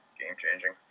game-changing